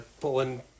pulling